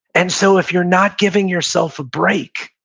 and so if you're not giving yourself a break,